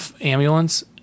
ambulance